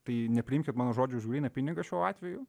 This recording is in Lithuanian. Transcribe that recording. tai nepriimkit mano žodžių už vieną pinigą šiuo atveju